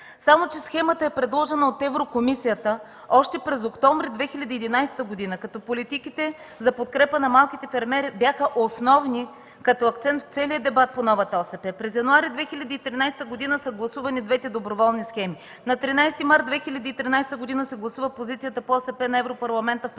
само че схемата е предложена от Еврокомисията още през месец октомври 2011 г., като политиките за подкрепа на малките фермери бяха основни като акцент в целия дебат по новата ОСП. През месец януари 2013 г. са гласувани двете доброволни схеми. На 13 март 2013 г. се гласува позицията по ОСП на Европарламента в пленарната